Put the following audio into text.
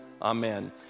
Amen